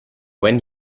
when